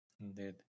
Indeed